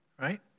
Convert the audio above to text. right